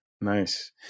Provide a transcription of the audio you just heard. Nice